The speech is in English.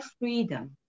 freedom